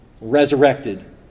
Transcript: resurrected